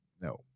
No